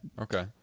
okay